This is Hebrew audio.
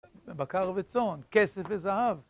בקר וצאן, כסף וזהב.